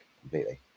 completely